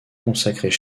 consacrées